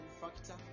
factor